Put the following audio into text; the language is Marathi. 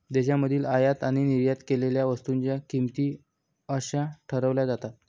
देशांमधील आयात आणि निर्यात केलेल्या वस्तूंच्या किमती कशा ठरवल्या जातात?